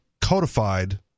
codified